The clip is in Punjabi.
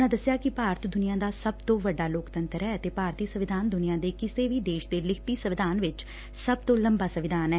ਉਨ੍ਹਾਂ ਦੱਸਿਆ ਕਿ ਭਾਰਤ ਦੁਨੀਆਂ ਦਾ ਸਭ ਤੋਂ ਵੱਡਾ ਲੋਕਤੰਤਰ ਐ ਅਤੇ ਭਾਰਤੀ ਸੰਵਿਧਾਨ ਦੁਨੀਆਂ ਦੇ ਕਿਸੇ ਵੀ ਦੇਸ਼ ਦੇ ਲਿਖਤੀ ਸੰਵਿਧਾਨ ਵਿਚ ਸਭ ਤੋਂ ਲੰਬਾ ਸੰਵਿਧਾਨ ਐ